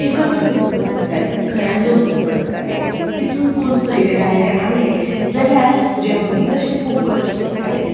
एकत्र कुटूंबां आसतालीं घरान लोक खूब आसताले तितून कोण सयरे धायरे आयले जाल्यार जेवणय तशें खूब करचें पडटालें